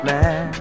Man